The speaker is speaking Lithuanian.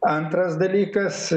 antras dalykas